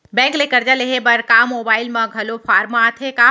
Bank ले करजा लेहे बर का मोबाइल म घलो फार्म आथे का?